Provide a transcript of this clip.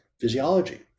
physiology